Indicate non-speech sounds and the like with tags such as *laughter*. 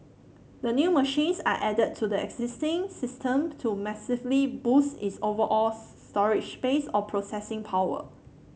the new machines are added to the existing system to massively boost its overall *unintelligible* storage space or processing power